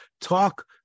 talk